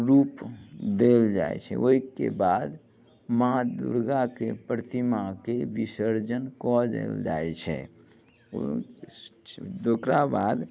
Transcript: रूप देल जाइ छै ओइके बाद माँ दुर्गाके प्रतिमाके विसर्जन कऽ देल जाइ छै ओकरा बाद